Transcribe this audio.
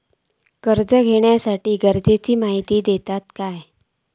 कर्ज घेऊच्याखाती गरजेची माहिती दितात काय?